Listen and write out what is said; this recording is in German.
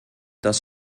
das